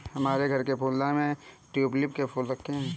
हमारे घर के फूलदान में हमने ट्यूलिप के फूल रखे हैं